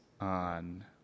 on